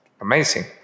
amazing